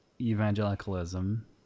evangelicalism